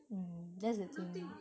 mm that's the thing